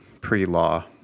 pre-law